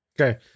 Okay